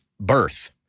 birth